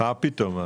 מה פתאום?